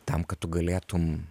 tam kad tu galėtum